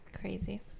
Crazy